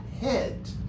head